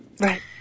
Right